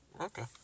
Okay